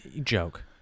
joke